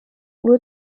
nur